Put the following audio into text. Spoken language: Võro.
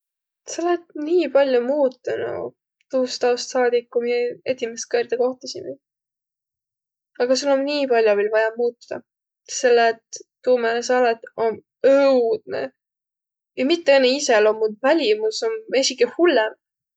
Sa olõt nii pall'o muutunuq tuust aost saadik, ku mi edimäst kõrda kohtusimiq, aga sul om nii pall'o viil vaja muutudaq, selle et tuu, määne sa olõt, om õudnõ ja mitte õnnõ iseloom, vaid välimüs om esiki hullõmb.